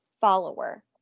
follower